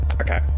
Okay